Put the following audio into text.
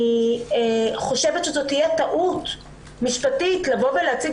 אני חושבת שזו תהיה טעות משפטית לבוא ולהציג